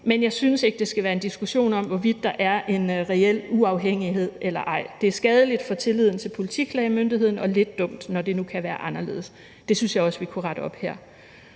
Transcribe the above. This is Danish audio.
men jeg synes ikke, det skal være en diskussion om, hvorvidt der er en reel uafhængighed eller ej. Det er skadeligt for tilliden til politiklagemyndigheden og lidt dumt, når det nu kan være anderledes. Det synes jeg også vi kunne rette op på her.